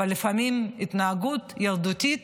אבל לפעמים ההתנהגות שלך ילדותית